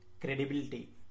credibility